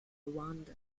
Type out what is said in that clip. rwanda